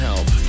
Help